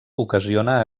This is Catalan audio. ocasiona